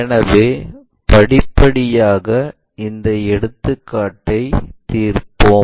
எனவே படிப்படியாக இந்தப் எடுத்துக்காட்டை தீர்ப்போம்